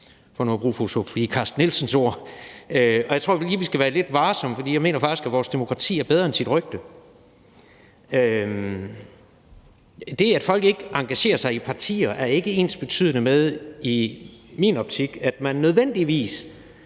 – for nu at bruge fru Sofie Carsten Nielsens ord – og jeg tror lige, vi skal være lidt varsomme. For jeg mener faktisk, at vores demokrati er bedre end sit rygte. Det, at folk ikke engagerer sig i partier, er i min optik ikke ensbetydende med, at man nødvendigvis